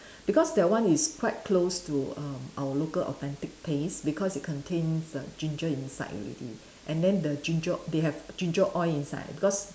because that one is quite close to err our local authentic taste because it contains ginger inside already and then the ginger they have ginger oil inside because